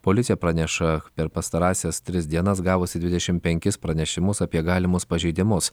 policija praneša per pastarąsias tris dienas gavusi dvidešim penkis pranešimus apie galimus pažeidimus